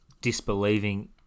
disbelieving